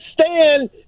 stand